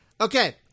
Okay